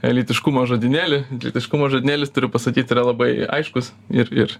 lytiškumo žodynėlį lytiškumo žodynėlis turiu pasakyt yra labai aiškus ir ir